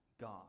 God